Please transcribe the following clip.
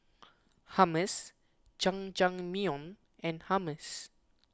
Hummus Jajangmyeon and Hummus